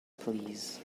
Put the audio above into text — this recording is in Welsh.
plîs